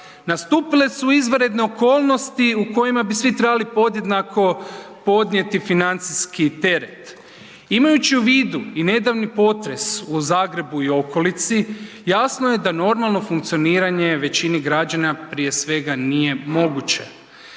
Nastupile su izvanredne okolnostima u kojima bi svi trebali podjednako podnijeti financijski teret. Imajući u vidu i nedavni potres u Zagrebu i okolici, jasno je da normalno funkcioniranje većini građana prije svega nije moguće.